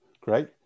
great